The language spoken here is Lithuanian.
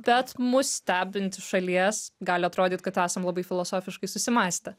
bet mus stebint iš šalies gali atrodyt kad esam labai filosofiškai susimąstę